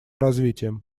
развитием